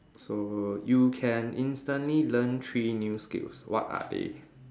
so you can instantly learn three new skills what are they